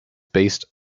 based